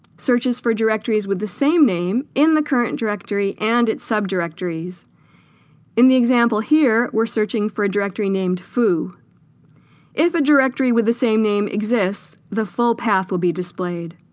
searches for directories with the same name in the current directory and its sub directories in the example here, we're searching for a directory named foo if a directory with the same name exists the full path will be displayed